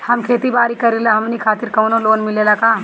हम खेती बारी करिला हमनि खातिर कउनो लोन मिले ला का?